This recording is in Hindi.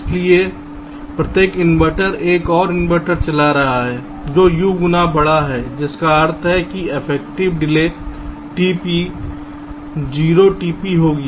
इसलिए प्रत्येक इन्वर्टर एक और इन्वर्टर चला रहा है जो U गुना बड़ा है जिसका अर्थ है कि अफेक्टिव डिले tp 0 tp होगी